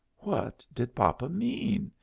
what did papa mean?